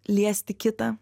liesti kitą